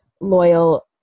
loyal